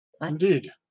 Indeed